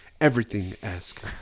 everything-esque